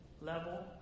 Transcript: level